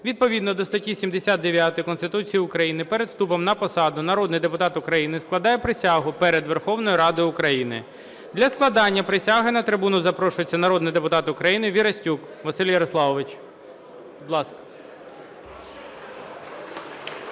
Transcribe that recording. Відповідно до статті 79 Конституції України перед вступом на посаду народний депутат України складає присягу перед Верховною Радою України. Для складення присяги на трибуну запрошується народний депутат України Вірастюк Василь Ярославович, будь ласка.